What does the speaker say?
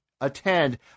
attend